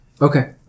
Okay